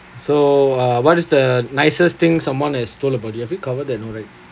so uh what is the nicest thing someone has told about you have you covered that no right